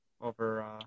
over